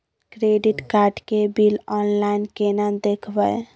Credit card के bill online केना देखबय?